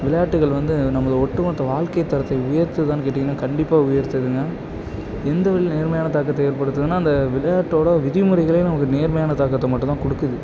விளையாட்டுகள் வந்து நமது ஒட்டுமொத்த வாழ்க்கைத்தரத்தை உயர்த்துதான்னு கேட்டிங்கன்னா கண்டிப்பாக உயர்த்துதுங்க எந்த வழியில் நேர்மையான தாக்கத்தை ஏற்படுத்துதுன்னா அந்த விளையாட்டோட விதிமுறைகளே நமக்கு நேர்மையான தாக்கத்தை மட்டும் தான் கொடுக்குது